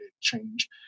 change